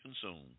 consumed